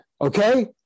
okay